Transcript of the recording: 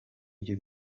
byo